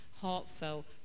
heartfelt